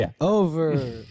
over